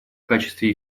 качестве